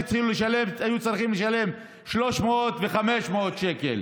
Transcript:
היו צריכים לשלם 300 ו-500 שקל.